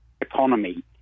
economy